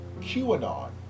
QAnon